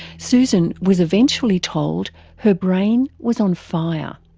susan was eventually told her brain was on fire,